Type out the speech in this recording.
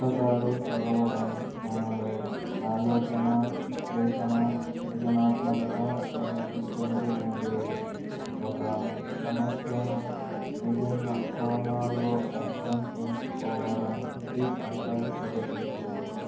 పుస్తకాలు చదవడం మనలో ఆలోచన విశ్లేషణ సృజనాత్మకతలను పెంచుతుంది ఒక సమస్యను విభిన్న కోణల్లో అర్థం చేసుకోవడం ఇది సహాయపడుతుంది